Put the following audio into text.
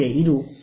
ಹೌದು